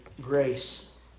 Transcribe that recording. grace